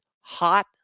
hot